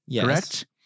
correct